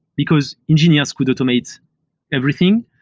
because engineers could automate everything,